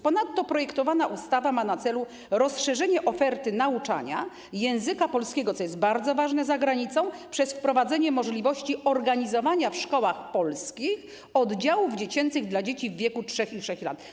Ponadto projektowana ustawa ma na celu rozszerzenie oferty nauczania języka polskiego - co jest bardzo ważne za granicą - przez wprowadzenie możliwości organizowania w szkołach polskich oddziałów dziecięcych dla dzieci w wieku 3-6 lat.